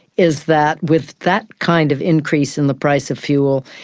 is that with that kind of increase in the price of fuel,